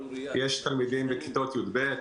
יש תלמידים בכיתות י"ב,